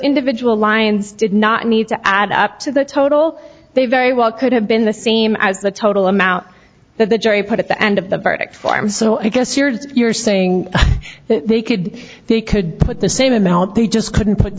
indeed alliance did not need to add up to the total they very well could have been the same as the total amount that the jury put at the end of the verdict form so i guess you're saying they could they could put the same amount they just couldn't put